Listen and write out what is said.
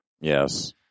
Yes